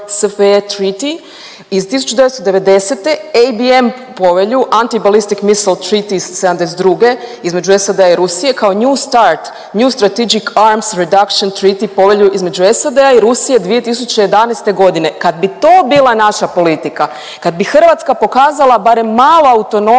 1990. i ABM povelju (Anti-Ballistic Missile Treaty) iz '72. između SAD-a i Rusije, kao i NEW START (New Strategic Arms Reductions Treaty) povelju između SAD-a i Rusije 2011.g.. Kad bi to bila naša politika, kad bi Hrvatska pokazala barem malo autonomnosti